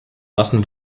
lassen